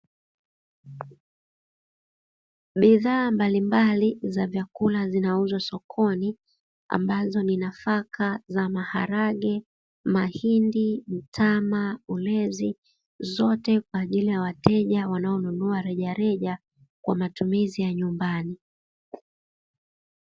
Bidhaa mbalimbali za vyakula zinauzwa sokoni ambazo ni nafaka za maharage, mahindi, mtama, ulezi. Zote kwa ajili ya wateja wanaonunua rejareja kwa matumizi ya nyumbani.